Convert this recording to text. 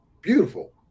beautiful